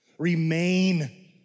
remain